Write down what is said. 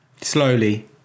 slowly